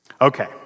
Okay